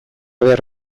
behar